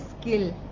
skill